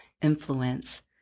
influence